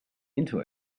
into